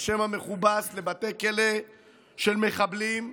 השם המכובס לבתי כלא של מחבלים,